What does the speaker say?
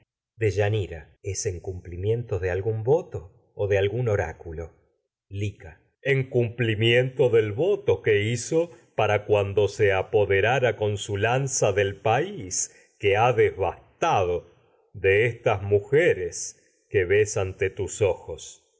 oráculo lica cumplimiento de algún voto o de en cumplimiento su del voto que hizo para cuando se apoderara con lanza del país que ha de vastado de estas mujeres que ves ante tus deyanira y ojos